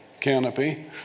canopy